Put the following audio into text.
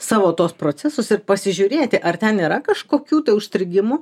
savo tuos procesus ir pasižiūrėti ar ten yra kažkokių užstrigimų